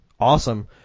Awesome